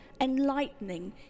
enlightening